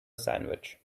sandwich